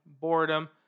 boredom